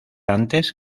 antes